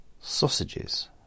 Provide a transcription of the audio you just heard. Sausages